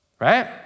Right